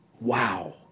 Wow